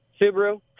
Subaru